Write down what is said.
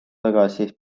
tagasi